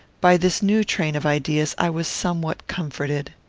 by this new train of ideas i was somewhat comforted.